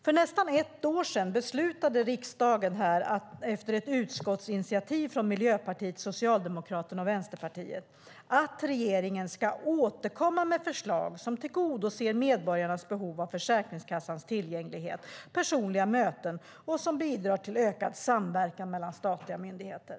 För nästan ett år sedan beslutade riksdagen efter ett utskottsinitiativ från Miljöpartiet, Socialdemokraterna och Vänsterpartiet att regeringen ska återkomma med förslag som tillgodoser medborgarnas behov av Försäkringskassans tillgänglighet för personliga möten och som bidrar till ökad samverkan mellan statliga myndigheter.